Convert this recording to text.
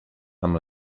amb